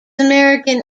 american